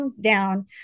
down